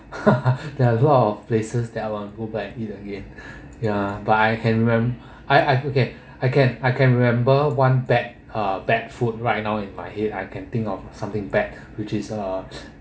there are a lot of places that I want go back and eat again ya but I can remem~ I I okay I can I can remember one bad uh bad food right now in my head I can think of something bad which is uh